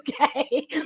okay